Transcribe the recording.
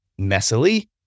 messily